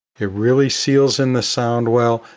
it really seals in the sound well,